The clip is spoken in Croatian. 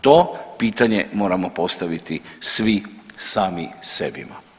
To pitanje moramo postaviti svi sami sebima.